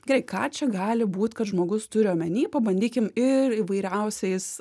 gerai ką čia gali būt kad žmogus turi omeny pabandykim ir įvairiausiais